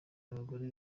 abagore